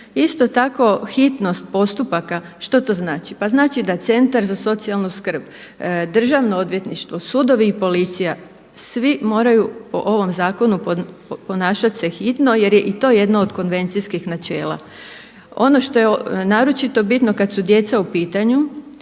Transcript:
isto tako hitnost postupaka. Što to znači? Pa znači da centar za socijalnu skrb, državno odvjetništvo, sudovi i policija svi moraju po ovom zakonu ponašat se hitno jer je i to jedno od konvencijskih načela. Ono što je naročito bitno kad su djeca u pitanju